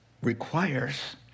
requires